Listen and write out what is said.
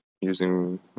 using